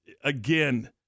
again